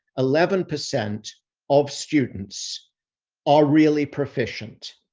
eleven percent of students are really proficient.